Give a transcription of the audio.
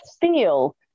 feel